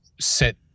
set